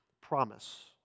promise